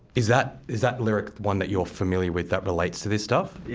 is that is that lyric one that you're familiar with that relates to this stuff?